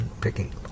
picking